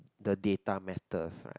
the data matters right